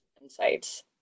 insights